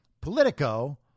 Politico